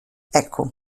ecco